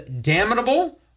damnable